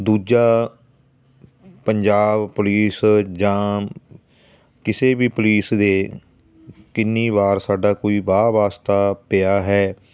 ਦੂਜਾ ਪੰਜਾਬ ਪੁਲੀਸ ਜਾਂ ਕਿਸੇ ਵੀ ਪੁਲੀਸ ਦੇ ਕਿੰਨੀ ਵਾਰ ਸਾਡਾ ਕੋਈ ਵਾਹ ਵਾਸਤਾ ਪਿਆ ਹੈ